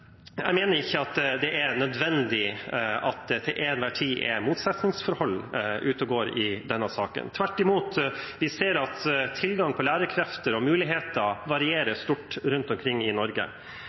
Jeg mener at det ikke nødvendigvis til enhver tid er et motsetningsforhold i denne saken, tvert imot. Vi ser at tilgangen på lærekrefter og muligheter varierer stort rundt omkring i Norge.